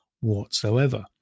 whatsoever